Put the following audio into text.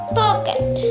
pocket